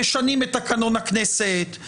משנים את תקנון הכנסת,